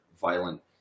violent